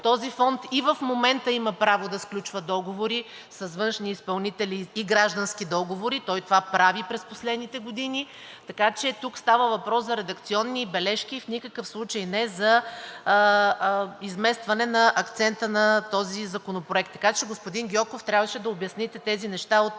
Този фонд и в момента има право да сключва договори с външни изпълнители и граждански договори, като той това прави през последните години, така че тук става въпрос за редакционни бележки и в никакъв случай не е за изместването на акцента на този законопроект. Така че, господин Гьоков, трябваше да обясните тези неща от